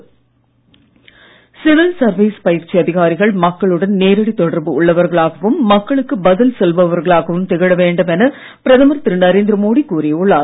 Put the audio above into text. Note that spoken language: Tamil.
மோடி அதிகாரிகள் சிவில் சர்வீஸ் பயிற்சி அதிகாரிகள் மக்களுடன் நேரடி தொடர்பு உள்ளவர்களாகவும் மக்களுக்கு பதில் சொல்பவர்களாகவும் திகழ வேண்டும் என பிரதமர் திரு நரேந்திர மோடி கூறி உள்ளார்